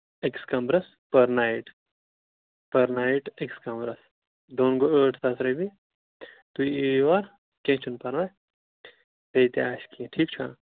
أکِس کَمرَس پٔر نٲیِٹ پٔر نٲیِٹ أکِس کَمبرَس دۅن گوٚو ٲٹھ ساس رۄپییہِ تُہۍ یوو یوٚر کیٚنٛہہ چھُ نہٕ پَرواے بیٚیہِ تہِ آسہِ کیٚنٛہہ ٹھیٖکھ چھا